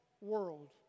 world